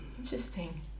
Interesting